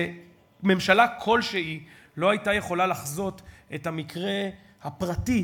שממשלה כלשהי הייתה יכולה לחזות את המקרה הפרטי